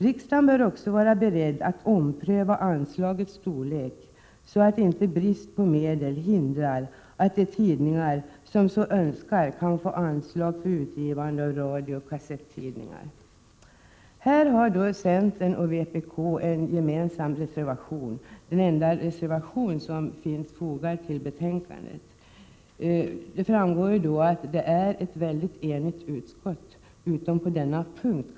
Riksdagen bör vara beredd att ompröva anslagets storlek så att inte brist på medel hindrar att de tidningar som så önskar skall kunna få På denna punkt har centern och vpk en gemensam reservation — den enda 18 maj 1988 reservation som finns fogad till betänkandet. Av betänkandet framgår det att utskottet är mycket enigt utom på denna punkt.